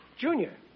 Junior